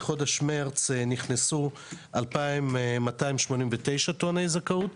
במרס נכנסנו 2,289 טועני זכאות.